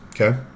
okay